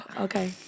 okay